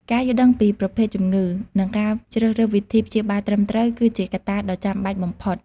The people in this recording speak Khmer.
ការយល់ដឹងពីប្រភេទជំងឺ និងការជ្រើសរើសវិធីព្យាបាលត្រឹមត្រូវ គឺជាកត្តាដ៏ចាំបាច់បំផុត។